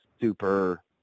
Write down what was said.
super